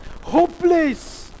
hopeless